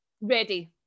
ready